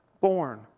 born